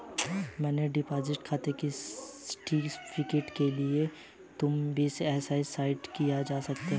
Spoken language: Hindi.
अपने डिपॉजिट खाते के सर्टिफिकेट के लिए तुम एस.बी.आई की साईट पर जा सकते हो